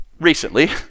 recently